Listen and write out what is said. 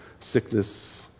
sickness